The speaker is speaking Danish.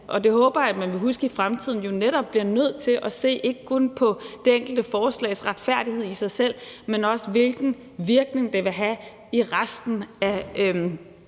og det håber jeg at man vil huske i fremtiden, netop bliver nødt til at se ikke kun på det enkelte forslags retfærdighed i sig selv, men også på, hvilken virkning det vil have på resten af